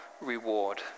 reward